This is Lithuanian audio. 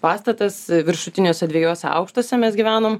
pastatas viršutiniuose dviejuose aukštuose mes gyvenom